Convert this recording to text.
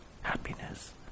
happiness